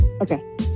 Okay